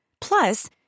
Plus